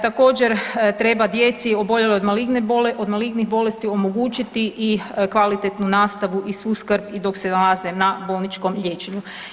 Također treba djeci oboljeloj od malignih bolesti omogućiti i kvalitetnu nastavu i svu skrb i dok se nalaze na bolničkom liječenju.